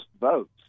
votes